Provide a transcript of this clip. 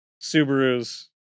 subarus